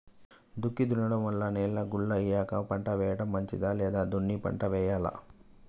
దుక్కి దున్నడం వల్ల నేల గుల్ల అయ్యాక పంట వేయడం మంచిదా లేదా దున్ని పంట వెయ్యాలా?